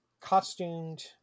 costumed